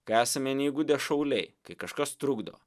kai esame neįgudę šauliai kai kažkas trukdo